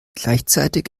gleichzeitig